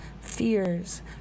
fears